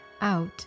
out